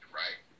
right